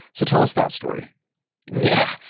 so, tell us that story yeah,